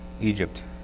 Egypt